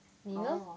你呢